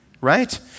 right